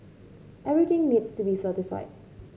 everything needs to be certified